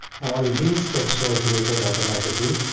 all these steps were created automatically.